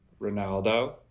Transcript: Ronaldo